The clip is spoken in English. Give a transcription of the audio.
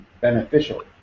beneficial